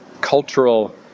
cultural